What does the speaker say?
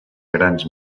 grans